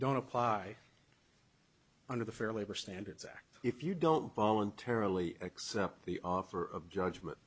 don't apply under the fair labor standards act if you don't voluntarily accept the offer of judgment